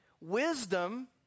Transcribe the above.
Wisdom